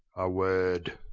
word.